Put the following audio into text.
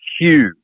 huge